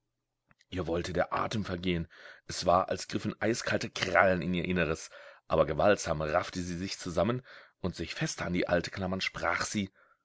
ihr wollte der atem vergehen es war als griffen eiskalte krallen in ihr inneres aber gewaltsam raffte sie sich zusammen und sich fester an die alte klammernd sprach sie